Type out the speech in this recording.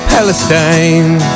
Palestine